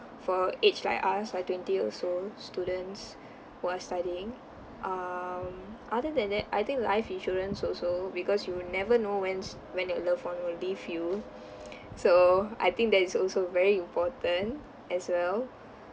for our age like us like twenty years old students who are studying um other than that I think life insurance also because you'll never know when's when your love one will leave you so I think that is also very important as well